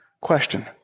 Question